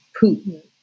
Putin